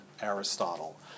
Aristotle